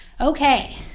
Okay